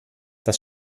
das